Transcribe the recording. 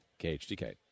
KHDK